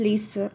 please sir